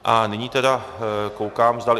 A nyní tedy koukám, zdali...